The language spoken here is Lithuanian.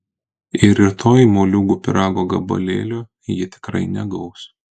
ir rytoj moliūgų pyrago gabalėlio ji tikrai negaus